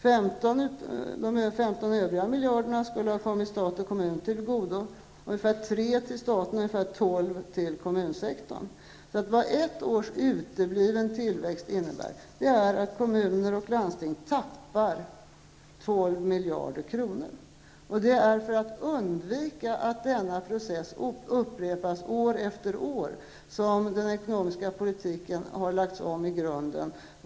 De 15 övriga miljarderna skulle ha kommit stat och kommun till godo, ungefär 3 miljarder till staten och ungefär 12 miljarder till kommunsektorn. Det ett års utebliven tillväxt innebär är att kommuner och landsting tappar 12 miljarder kronor. Det är för att undvika att denna process upprepas år efter år som den ekonomiska politiken har lagts om i grunden.